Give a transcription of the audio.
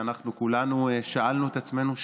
אנחנו כולנו שאלנו את עצמנו שאלה: